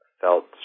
felt